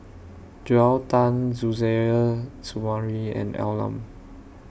Joel Tan Suzairhe Sumari and Al Lim